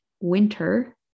winter